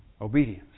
Obedience